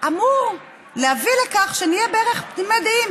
זה אמור להביא לכך שנהיה בערך תמימי דעים,